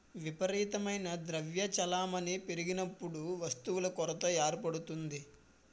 విపరీతమైన ద్రవ్య చలామణి పెరిగినప్పుడు వస్తువుల కొరత ఏర్పడుతుంది